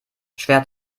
schwer